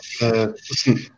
listen